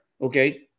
Okay